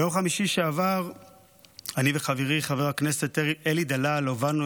ביום חמישי שעבר אני וחברי חבר הכנסת אלי דלאל הובלנו